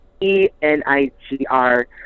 E-N-I-G-R